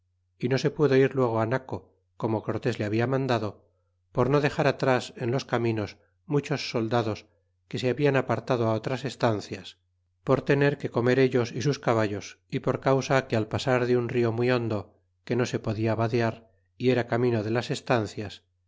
y no se pudo ir luego na co como cortés le habia mandado por no dexar atras en los caminos muchos soldados que se habían apartado otras estancias por tener que comer ellos y sus caballos y por causa que al pasar de un rio muy hondo que no se podia vadear y era camino de las estancias